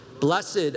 Blessed